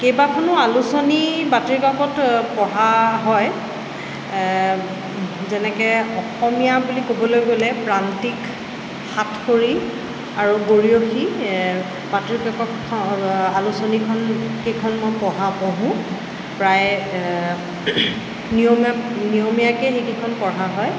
কেইবাখনো আলোচনী বাতৰিকাকত পঢ়া হয় যেনেকৈ অসমীয়া বুলি ক'বলৈ গ'লে প্ৰান্তিক সাতসৰী আৰু গৰিয়সী বাতৰি কাকত আলোচনীখন সেইখন মই পঢ়া পঢ়োঁ প্ৰায় নিয়মীয়া নিয়মীয়াকৈয়ে সেইকেইখন পঢ়া হয়